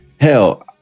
hell